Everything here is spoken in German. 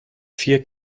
vier